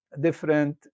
different